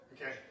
Okay